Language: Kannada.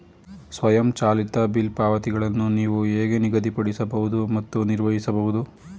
ಸ್ವಯಂಚಾಲಿತ ಬಿಲ್ ಪಾವತಿಗಳನ್ನು ನೀವು ಹೇಗೆ ನಿಗದಿಪಡಿಸಬಹುದು ಮತ್ತು ನಿರ್ವಹಿಸಬಹುದು?